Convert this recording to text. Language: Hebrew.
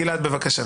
גלעד, בבקשה.